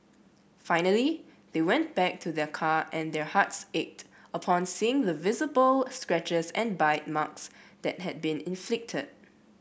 finally they went back to their car and their hearts ached upon seeing the visible scratches and bite marks that had been inflicted